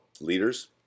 leaders